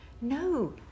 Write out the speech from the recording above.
no